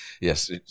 Yes